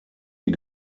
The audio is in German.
die